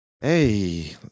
Hey